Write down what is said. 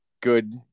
good